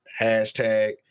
hashtag